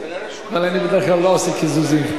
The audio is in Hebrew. אבל אני בדרך כלל לא עושה קיזוזים.